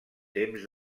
temps